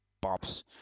bobs